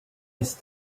jest